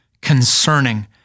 concerning